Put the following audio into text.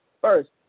first